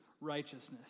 righteousness